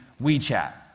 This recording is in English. WeChat